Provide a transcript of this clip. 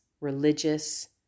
religious